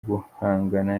guhangana